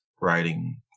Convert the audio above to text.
writing